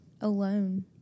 alone